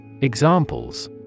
Examples